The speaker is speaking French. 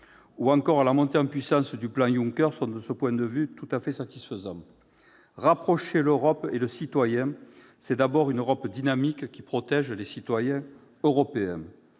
ou encore la montée en puissance du plan Juncker sont de ce point de vue tout à fait satisfaisantes. Rapprocher l'Europe et le citoyen, c'est avant tout construire une Europe dynamique, qui protège les citoyens européens.